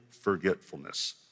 forgetfulness